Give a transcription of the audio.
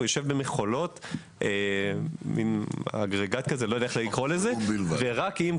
הוא ישב במכולות עם אגריגט כזה לא יודע איך לקרוא לזה ורק אם,